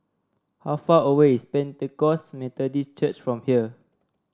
how far away is Pentecost Methodist Church from here